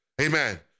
Amen